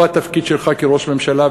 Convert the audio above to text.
הוא התפקיד שלך כראש הממשלה,